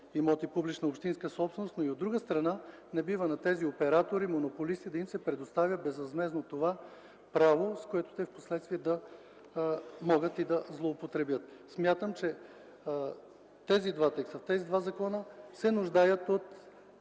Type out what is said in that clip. имоти публична общинска собственост, но и от друга страна, не бива на тези оператори монополисти да им се предоставя безвъзмездно това право, с което те впоследствие да могат и да злоупотребяват. Смятам, че тези два текста в тези два закона се нуждаят от